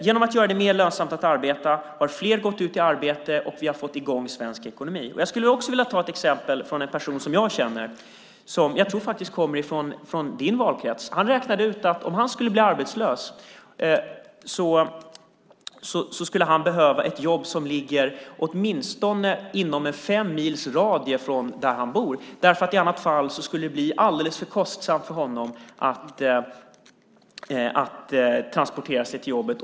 Genom att göra det mer lönsamt att arbeta har fler gått ut i arbete och vi har fått i gång svensk ekonomi. Jag skulle också vilja ge ett exempel. Det handlar om en person som jag känner. Jag tror faktiskt att han kommer från Britta Rådströms valkrets. Han räknade ut att om han skulle bli arbetslös skulle han behöva ett jobb som ligger inom fem mils radie från där han bor. Annars skulle det bli alldeles för kostsamt för honom att transportera sig till jobbet.